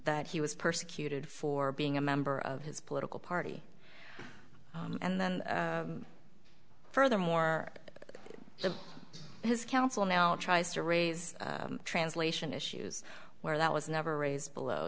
that he was persecuted for being a member of his political party and then furthermore the his counsel now tries to raise translation issues where that was never raised below